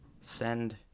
send